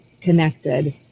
connected